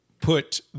put